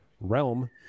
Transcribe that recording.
realm